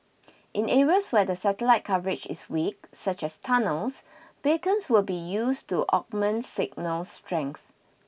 in areas where the satellite coverage is weak such as tunnels beacons will be used to augment signal strength